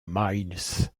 miles